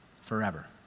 forever